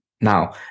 Now